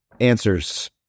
answers